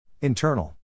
Internal